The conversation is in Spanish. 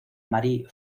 marie